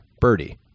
birdie